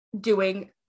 doing-